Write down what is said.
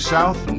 South